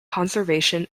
conservation